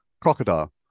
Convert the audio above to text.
crocodile